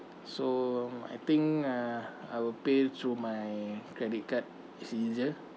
so I think uh I will pay through my credit card it's easier